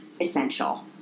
essential